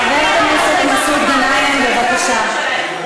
חבר הכנסת מסעוד גנאים, בבקשה.